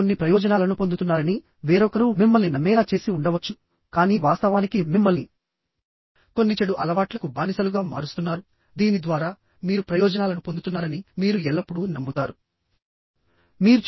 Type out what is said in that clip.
మీరు కొన్ని ప్రయోజనాలను పొందుతున్నారని వేరొకరు మిమ్మల్ని నమ్మేలా చేసి ఉండవచ్చు కానీ వాస్తవానికి మిమ్మల్ని కొన్ని చెడు అలవాట్లకు బానిసలుగా మారుస్తున్నారు దీని ద్వారా మీరు ప్రయోజనాలను పొందుతున్నారని మీరు ఎల్లప్పుడూ నమ్ముతారు